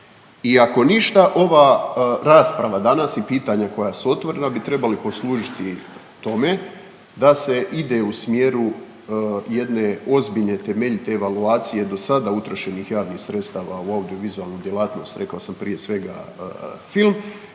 I ako ništa ova rasprava danas i pitanja koja su otvorena bi trebali poslužiti tome da se ide u smjeru jedne ozbiljne temeljite evaluacije do sada utrošenih javnih sredstava u audio vizualnu djelatnost, rekao sam prije svega film